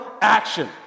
action